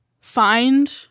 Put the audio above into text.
find